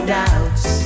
doubts